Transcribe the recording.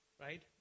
right